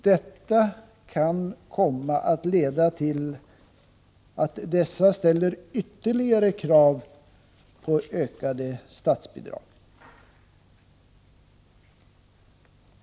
Detta kan komma att leda till att huvudmännen ställer ytterligare krav på ökade statsbidrag.